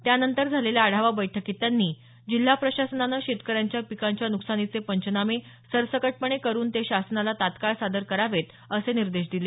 त्यानंतर झालेल्या आढावा बैठकीत त्यांनी जिल्हा प्रशासनानं शेतकऱ्यांच्या पिकांच्या नुकसानीचे पंचनामे सरसकटपणे करून ते शासनाला तत्काळ सादर करावेत असे निर्देश दिले